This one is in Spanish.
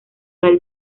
del